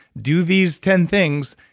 do these ten things,